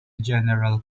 general